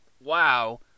Wow